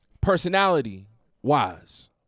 Personality-wise